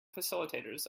facilitators